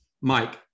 Mike